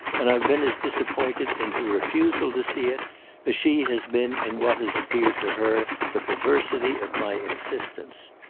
and i've been as disappointed in her refusal to see it as she has been in what has appeared to her the perversity of my insistence.